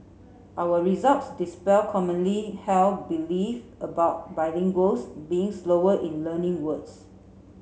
our results dispel commonly held belief about bilinguals being slower in learning words